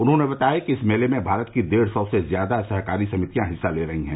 उन्होंने बताया कि इस मेले में भारत की डेढ़ सौ से ज्यादा सहकारी समितियां हिस्सा ले रही हैं